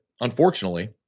unfortunately